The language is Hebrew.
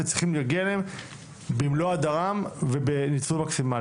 וצריכים להגיע אליהם במלוא הדרם ובניצול מקסימלי,